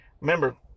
Remember